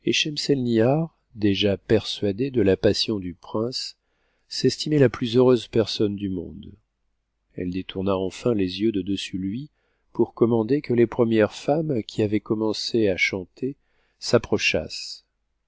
déjà persuadée de la passion du prince s'estimait la plus heureuse personne du monde elle détourna enfin les yeux de dessus lui pour commander que les premières femmes qui avaient commencé à chanter s'approchassent